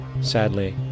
Sadly